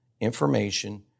information